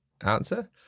answer